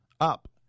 up